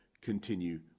continue